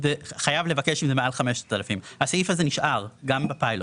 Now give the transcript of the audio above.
חייב לבקש עם זה מעל 5,000. הסעיף זה נשאר גם בפיילוט.